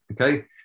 Okay